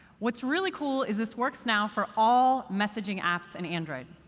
what's really cool is, this works now for all messaging apps in android.